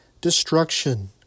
Destruction